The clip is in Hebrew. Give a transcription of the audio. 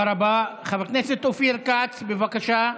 חבר הכנסת אופיר כץ, בבקשה,